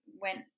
went